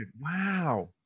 wow